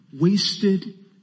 wasted